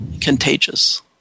contagious